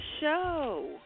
show